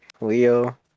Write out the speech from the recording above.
Leo